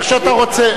איך שאתה רוצה,